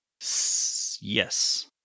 Yes